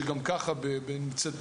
שגם ככה נמצאת,